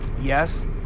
Yes